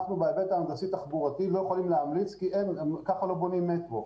אנחנו בהיבט ההנדסי תחבורתי לא יכולים להמליץ כי כך לא בונים מטרו.